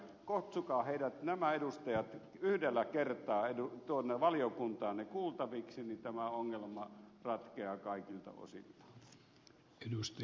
kutsukaa heidät nämä edustajat yhdellä kertaa valiokuntaanne kuultaviksi niin tämä ongelma ratkeaa kaikilta osin